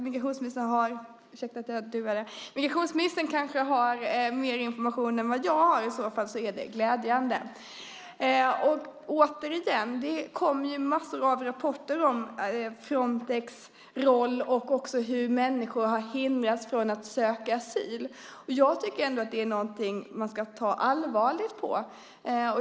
Migrationsministern kanske har mer information än jag; i så fall är det glädjande. Återigen: Det kommer massor av rapporter om Frontex roll och om hur människor har hindrats från att söka asyl. Jag tycker att det är någonting man ska ta allvarligt på.